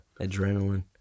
adrenaline